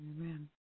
Amen